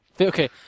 Okay